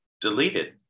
deleted